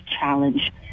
challenge